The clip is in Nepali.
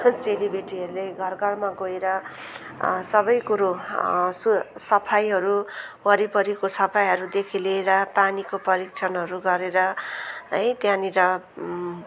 चेलीबेटीहरूले घर घरमा गएर सबै कुरो सु सफाइहरू वरिपरिको सफाइहरूदेखि लिएर पानीको परिक्षणहरू गरेर है त्यहाँनिर